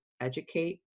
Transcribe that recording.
educate